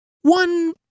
One